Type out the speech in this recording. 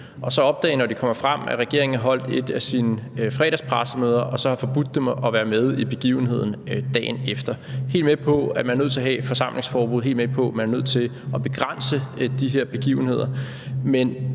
og så opdage, når de kommer frem, at regeringen har holdt et af sine fredagspressemøder og så har forbudt dem at være med i begivenheden dagen efter. Jeg er helt med på, at man er nødt til at have et forsamlingsforbud, og jeg er helt med på, at man er nødt til at begrænse de her begivenheder. Men